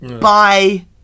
bye